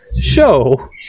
show